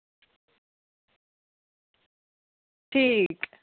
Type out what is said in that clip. ठीक ऐ